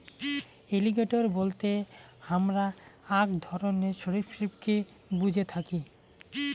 alligator বলতে হামরা আক ধরণের সরীসৃপকে বুঝে থাকি